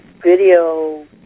video